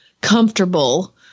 comfortable